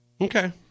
Okay